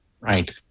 Right